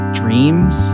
dreams